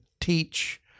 teach